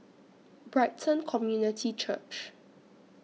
Brighton Community Church